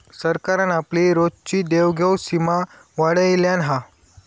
सरकारान आपली रोजची देवघेव सीमा वाढयल्यान हा